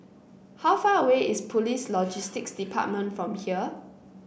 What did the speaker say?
how far away is Police Logistics Department from here